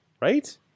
right